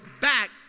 back